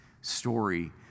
story